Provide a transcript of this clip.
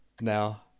now